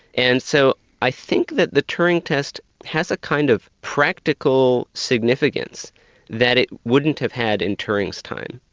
and so i think that the turing test has a kind of practical significance that it wouldn't have had in turing's time,